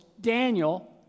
Daniel